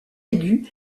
aigu